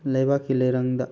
ꯂꯩꯕꯥꯛꯀꯤ ꯂꯩꯔꯪꯗ